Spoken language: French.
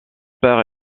père